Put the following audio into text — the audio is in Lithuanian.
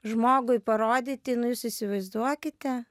žmogui parodyti nu jūs įsivaizduokite